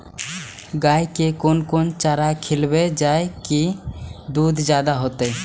गाय के कोन कोन चारा खिलाबे जा की दूध जादे होते?